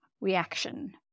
reaction